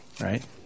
right